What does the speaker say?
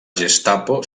gestapo